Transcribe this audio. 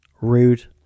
Rude